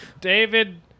David